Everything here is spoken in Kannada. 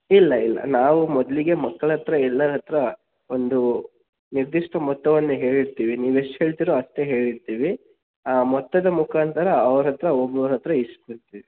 ಇಲ್ಲ ಇಲ್ಲ ನಾವು ಮೊದಲಿಗೆ ಮಕ್ಕಳತ್ರ ಎಲ್ಲರತ್ತಿರ ಒಂದು ನಿರ್ದಿಷ್ಟ ಮೊತ್ತವನ್ನು ಹೇಳಿರ್ತೀವಿ ನೀವು ಎಷ್ಟು ಹೇಳ್ತೀರೋ ಅಷ್ಟೇ ಹೇಳಿರ್ತೀವಿ ಮೊತ್ತದ ಮುಖಾಂತರ ಅವರತ್ತಿರ ಒಬ್ಬೊಬ್ಬರತ್ರ ಇಸ್ಕಳ್ತೀವಿ